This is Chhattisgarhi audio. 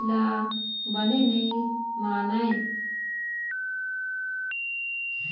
एला बने नइ मानय